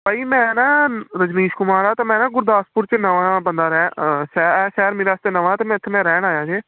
ਭਾਅ ਜੀ ਮੈਂ ਨਾ ਰਜਨੀਸ਼ ਕੁਮਾਰ ਹਾਂ ਤਾਂ ਮੈਂ ਨਾ ਗੁਰਦਾਸਪੁਰ 'ਚ ਨਵਾਂ ਬੰਦਾ ਰਹਿ ਸ਼ਹਿ ਇਹ ਸ਼ਹਿਰ ਮੇਰੇ ਵਾਸਤੇ ਨਵਾਂ ਅਤੇ ਮੈਂ ਇੱਥੇ ਮੈਂ ਰਹਿਣ ਆਇਆ ਜੇ